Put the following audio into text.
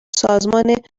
سازمان